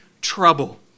trouble